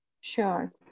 Sure